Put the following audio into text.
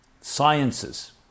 sciences